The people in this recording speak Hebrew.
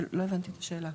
לא הבנתי את השאלה.